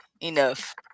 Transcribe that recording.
Enough